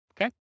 Okay